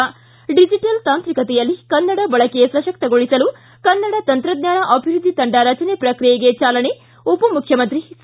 ಿ ಡಿಜೆಟಲ್ ತಾಂತ್ರಿಕತೆಯಲ್ಲಿ ಕನ್ನಡ ಬಳಕೆ ಸಶಕ್ತಗೊಳಿಸಲು ಕನ್ನಡ ತಂತ್ರಜ್ಞಾನ ಅಭಿವೃದ್ಧಿ ತಂಡ ರಚನೆ ಪ್ರಕ್ರಿಯೆಗೆ ಚಾಲನೆ ಉಪಮುಖ್ಯಮಂತ್ರಿ ಸಿ